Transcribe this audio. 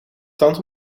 tand